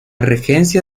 regencia